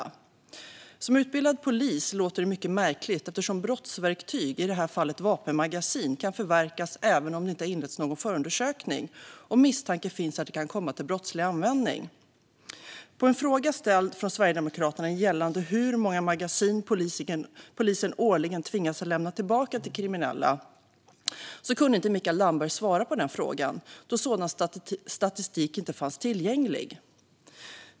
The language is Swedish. För mig som utbildad polis låter detta mycket märkligt eftersom brottsverktyg, i det här fallet vapenmagasin, kan förverkas även om det inte har inletts någon förundersökning, om misstanke finns att de kan komma till brottslig användning. På en fråga från Sverigedemokraterna gällande hur många magasin polisen årligen tvingas att lämna tillbaka till kriminella kunde inte Mikael Damberg svara då sådan statistik inte fanns tillgänglig.